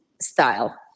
style